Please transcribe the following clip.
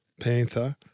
panther